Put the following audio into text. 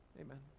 Amen